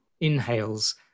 inhales